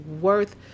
worth